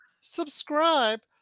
subscribe